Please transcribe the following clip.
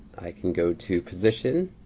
i can go to position.